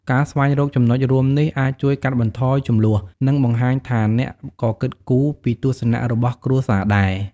ការស្វែងរកចំណុចរួមនេះ អាចជួយកាត់បន្ថយជម្លោះ និងបង្ហាញថាអ្នកក៏គិតគូរពីទស្សនៈរបស់គ្រួសារដែរ។